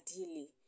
ideally